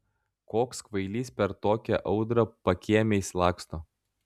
koks kvailys per tokią audrą pakiemiais laksto